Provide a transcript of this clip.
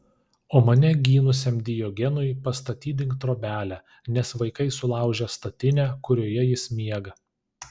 o mane gynusiam diogenui pastatydink trobelę nes vaikai sulaužė statinę kurioje jis miega